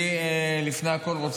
לפני הכול,